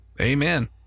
Amen